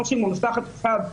כמו שהיא מנוסחת עכשיו,